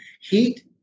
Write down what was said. Heat